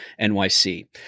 nyc